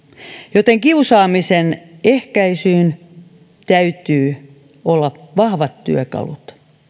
joten kiusaamisen ehkäisyyn täytyy olla vahvat työkalut